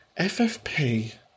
FFP